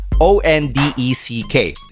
O-N-D-E-C-K